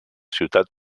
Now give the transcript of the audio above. ciutat